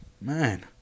man